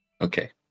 Okay